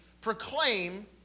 proclaim